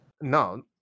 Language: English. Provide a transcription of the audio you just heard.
No